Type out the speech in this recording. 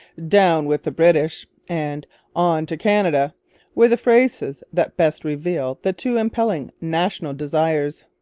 down with the british and on to canada were the phrases that best reveal the two impelling national desires.